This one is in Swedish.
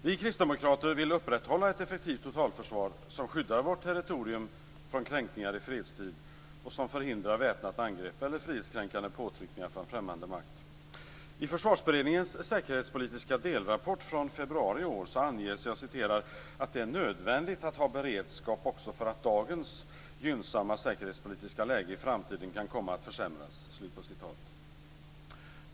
Vi kristdemokrater vill upprätthålla ett effektivt totalförsvar som skyddar vårt territorium från kränkningar i fredstid och som förhindrar väpnat angrepp eller frihetskränkande påtryckningar från främmande makt. I Försvarsberedningens säkerhetspolitiska delrapport från februari i år anges "att det är nödvändigt att ha beredskap också för att dagens gynnsamma säkerhetspolitiska läge i framtiden kan komma att försämras".